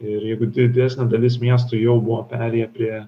ir jeigu didesnė dalis miestų jau buvo perėję prie